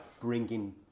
bringing